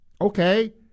okay